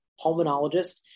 pulmonologist